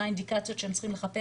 מה האינדיקציות שהם צריכים לחפש,